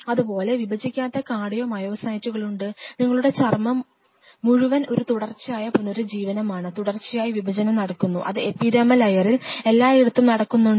അതുപോലെ വിഭജിക്കാത്ത കാർഡിയോ മയോസൈറ്റുകളുണ്ട് നിങ്ങളുടെ ചർമ്മം മുഴുവൻ ഒരു തുടർച്ചയായ പുനരുജ്ജീവനമാണ് തുടർച്ചയായി വിഭജനം നടക്കുന്നു അത് എപിഡെർമൽ ലെയറിൽ എല്ലാ ഇടത്തും നടക്കുന്നുണ്ട്